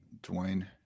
Dwayne